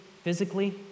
Physically